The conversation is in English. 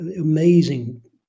amazing